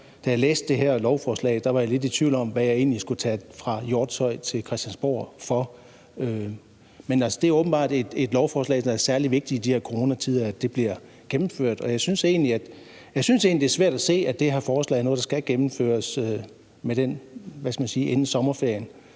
da jeg læste det her lovforslag, var lidt i tvivl om, hvad jeg egentlig skulle tage fra Hjortshøj til Christiansborg for. Men det er åbenbart særlig vigtigt i de her coronatider, at det lovforslag bliver gennemført. Men jeg synes egentlig, det er svært at se, at det her forslag er noget, der skal gennemføres inden sommerferien.